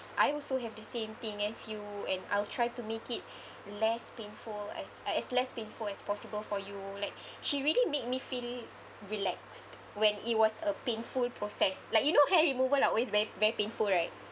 I also have the same thing as you and I'll try to make it less painful as uh as less painful as possible for you like she really made me feel relaxed when it was a painful process like you know hair removal are always very very painful right